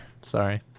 sorry